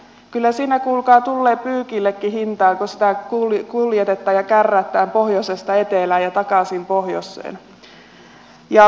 kyllä siinä kuulkaa tulee pyykillekin hintaa kun sitä kuljetetaan ja kärrätään pohjoisesta etelään ja takaisin pohjoiseen